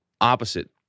opposite